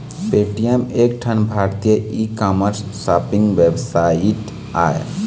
Paytm एक ठन भारतीय ई कामर्स सॉपिंग वेबसाइट आय